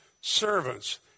servants